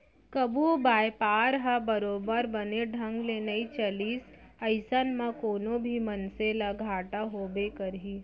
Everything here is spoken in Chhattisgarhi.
कभू बयपार ह बरोबर बने ढंग ले नइ चलिस अइसन म कोनो भी मनसे ल घाटा होबे करही